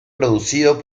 producido